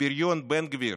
הבריון בן גביר,